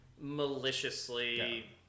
maliciously